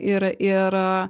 ir ir